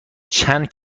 چند